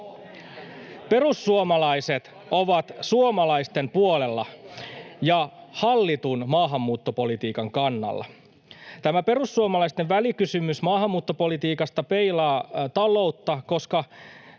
Perussuomalaiset ovat suomalaisten puolella ja hallitun maahanmuuttopolitiikan kannalla. Tämä perussuomalaisten välikysymys maahanmuuttopolitiikasta peilaa taloutta, koska